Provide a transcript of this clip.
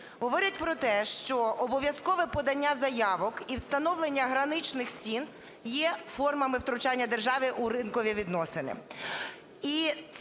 говорять про те, що обов'язкове подання заявок і встановлення граничних цін є формами втручання держави у ринкові відносини